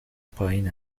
پایین